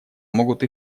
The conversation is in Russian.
могут